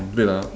wait ah